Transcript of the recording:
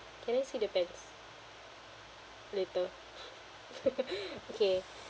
can I see the pants later okay